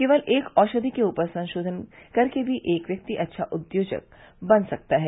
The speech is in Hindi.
केवल एक औषधि के ऊपर संशोधन करके भी एक व्यक्ति अच्छा उद्योजक बन सकता है